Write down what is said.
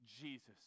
Jesus